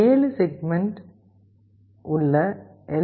7 segment L